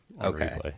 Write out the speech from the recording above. Okay